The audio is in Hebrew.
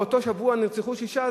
בשבוע אחד נרצחו שישה,